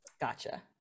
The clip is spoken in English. Gotcha